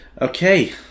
Okay